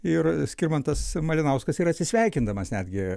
ir skirmantas malinauskas ir atsisveikindamas netgi